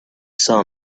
saw